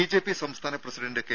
BJP സംസ്ഥാന president K